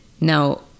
Now